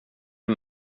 den